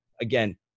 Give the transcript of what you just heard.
Again